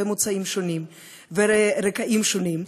ומוצאים שונים ורקעים שונים,